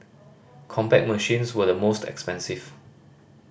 Compaq machines were the most expensive